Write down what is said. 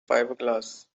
fiberglass